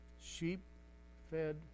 Sheep-fed